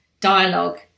dialogue